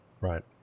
right